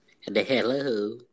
hello